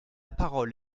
parole